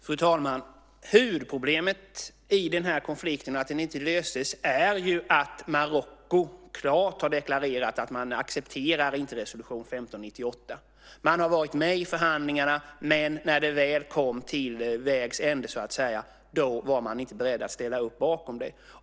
Fru talman! Huvudproblemet i den här konflikten och att den inte löses är ju att Marocko klart har deklarerat att man inte accepterar resolution 1598. Man har varit med i förhandlingarna, men när det väl kom till vägs ände, så att säga, var man inte beredd att ställa upp bakom den.